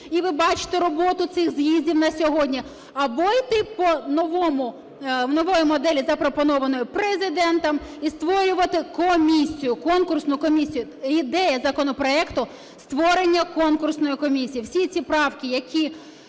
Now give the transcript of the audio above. і ви бачите роботу цих з'їздів на сьогодні, або йти по новій моделі, запропонованій Президентом, і створювати комісію, конкурсну комісію. Ідея законопроекту - створення конкурсної комісії. Всі ці правки, які